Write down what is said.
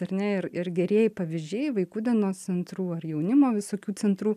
ar ne ir ir gerieji pavyzdžiai vaikų dienos centrų ar jaunimo visokių centrų